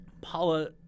Paula